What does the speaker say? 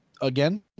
Again